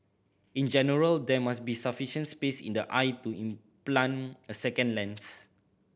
in general there must be sufficient space in the eye to implant a second lens